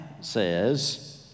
says